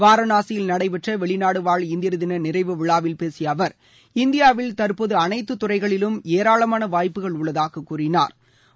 வாரணாசியில் நடைபெற்ற வெளிநாடு வாழ் இந்தியர் தின நிறைவு விழாவில் பேசிய அவர் இந்தியாவில் தற்போது அனைத்து துறைகளிலும் ஏராளமான வாய்ப்புகள் உள்ளதாக கூறினாா்